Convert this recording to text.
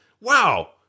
wow